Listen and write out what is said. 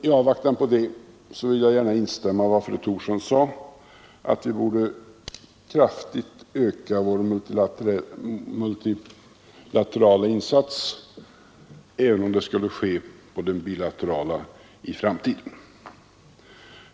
I avvaktan på det vill jag gärna instämma i vad fru Thorsson sade, att vi borde kraftigt öka vår multilaterala insats, även om det skulle ske på bekostnad av den bilaterala insatsen i framtiden.